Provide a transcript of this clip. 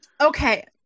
Okay